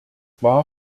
war